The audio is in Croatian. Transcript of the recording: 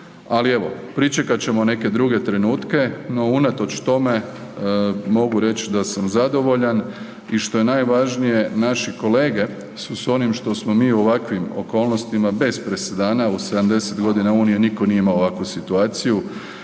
ali evo, pričekat ćemo neke druge trenutke. No, unatoč tome, mogu reći da sam zadovoljan i što je najvažnije, naši kolege su s onim što smo mi u ovakvim okolnostima bez presedana u 70 godina Unije, nitko nije imao ovakvu situaciju,